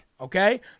okay